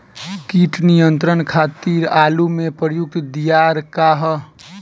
कीट नियंत्रण खातिर आलू में प्रयुक्त दियार का ह?